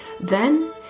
Then